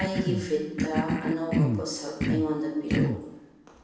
ꯑꯩꯒꯤ ꯐꯤꯗꯇ ꯑꯅꯧꯕ ꯄꯣꯠꯁꯛ ꯑꯩꯉꯣꯟꯗ ꯄꯤꯔꯛꯎ